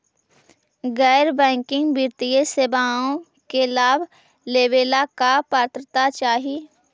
गैर बैंकिंग वित्तीय सेवाओं के लाभ लेवेला का पात्रता चाही?